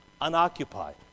unoccupied